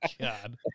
God